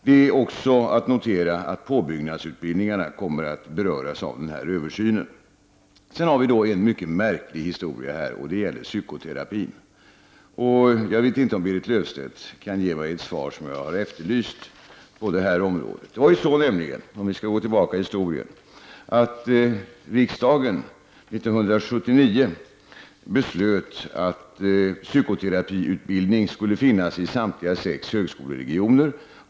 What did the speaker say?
Det är också att notera att påbyggnadsutbildningarna kommer att beröras av översynen. Sedan har vi en mycket märklig historia, nämligen psykoterapin. Jag vet inte om Berit Löfstedt på det området kan ge mig det svar som jag har efterlyst. Det var nämligen så, om vi skall gå tillbaka i historien, att riksdagen 1979 beslöt att psykoterapiutbildning skulle finnas i samtliga sex högskoleregioner.